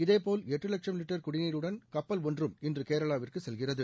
இதேபோல் எட்டு வட்சும் லிட்டர் குடிநீருடன் கப்பல் ஒன்றும் இன்று கேரளாவிற்கு செல்கிறது